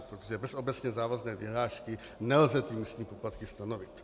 Protože bez obecně závazné vyhlášky nelze místní poplatky stanovit.